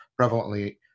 prevalently